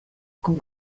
con